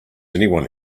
anyone